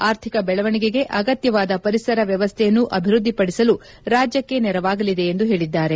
ಆರ್ಥಿಕ ಬೆಳವಣಿಗೆಗೆ ಅಗತ್ಯವಾದ ಪರಿಸರ ವ್ಯವಸ್ಥೆಯನ್ನು ಅಭಿವೃದ್ಧಿಪಡಿಸಲು ರಾಜ್ಯಕ್ಕೆ ನೆರವಾಗಲಿವೆ ಎಂದು ಹೇಳಿದ್ದಾರೆ